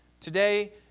Today